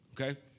Okay